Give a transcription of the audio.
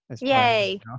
Yay